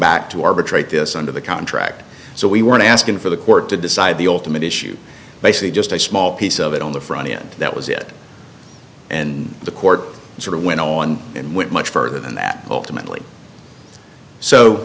back to arbitrate this under the contract so we weren't asking for the court to decide the ultimate issue basically just a small piece of it on the front end that was it and the court sort of went on and went much further than that ultimately